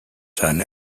son